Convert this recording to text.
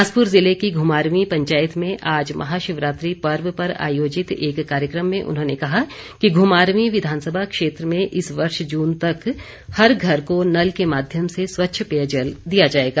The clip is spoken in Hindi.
बिलासपुर जिले की घुमारवीं पंचायत में आज महाशिवरात्रि पर्व पर आयोजित एक कार्यक्रम में उन्होंने कहा कि घुमारवीं विधानसभा क्षेत्र में इस वर्ष जून तक हर घर को नल के माध्यम से स्वच्छ पेयजल दिया जाएगा